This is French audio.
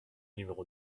numéro